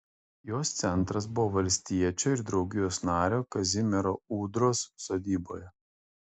jos centras buvo valstiečio ir draugijos nario kazimiero ūdros sodyboje